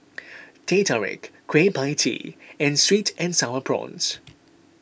Teh Tarik Kueh Pie Tee and Sweet and Sour Prawns